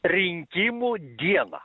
rinkimų dieną